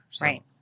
Right